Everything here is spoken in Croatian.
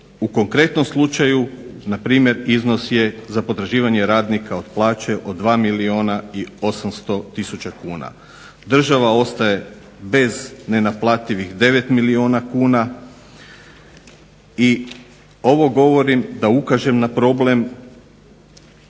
U konkretnom slučaju na primjer iznos je za potraživanje radnika od plaće od 2 milijuna 800 tisuća kuna. Država ostaje bez nenaplativih 9 milijuna kuna i ovo govorim da ukažem na problem